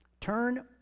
Turn